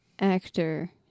actor